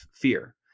fear